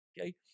Okay